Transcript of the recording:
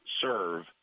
serve